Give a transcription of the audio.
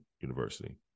University